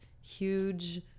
huge